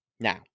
Now